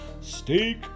steak